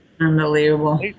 Unbelievable